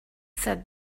said